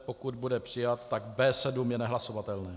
Pokud bude přijat, tak B7 je nehlasovatelný.